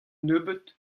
nebeut